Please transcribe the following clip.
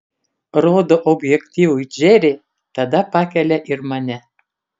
rodo objektyvui džerį tada pakelia ir mane